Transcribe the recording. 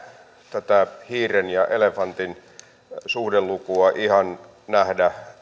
tätä hiiren ja elefantin suhdelukua ihan nähdä